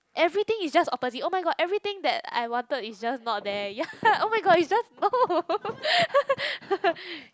everything is just opposite oh-my-god everything that I wanted is just not there ya oh-my-god it's just no